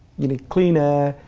you need clean air,